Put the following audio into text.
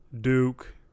Duke